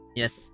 yes